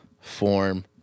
form